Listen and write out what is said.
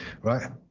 right